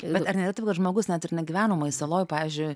bet ar ne taip žmogus net ir negyvenamoje saloje pavyzdžiui